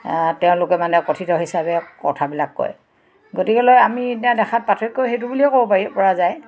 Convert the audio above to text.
তেওঁলোকে মানে কথিত হিচাপে কথাবিলাক কয় গতিকেলৈ আমি এতিয়া দেখাত পাৰ্থক্য সেইটো বুলিয়ে ক'ব পাৰি পৰা যায়